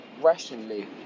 rationally